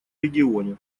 регионе